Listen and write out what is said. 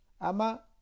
Ama